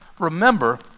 Remember